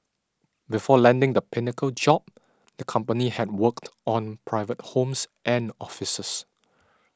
before landing the Pinnacle job the company had worked on private homes and offices